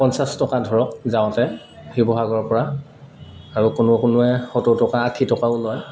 পঞ্চাছ টকা ধৰক যাওঁতে শিৱসাগৰৰ পৰা আৰু কোনো কোনোৱে সত্তৰ টকা আশী টকাও লয়